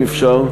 אם אפשר,